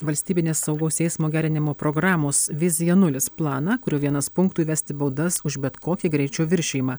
valstybinės saugaus eismo gerinimo programos vizija nulis planą kurio vienas punktų įvesti baudas už bet kokį greičio viršijimą